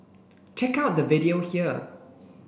check out the video here